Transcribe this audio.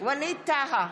ווליד טאהא,